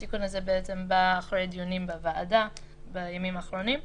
התיקון הזה בא אחרי דיונים בוועדה בימים האחרונים.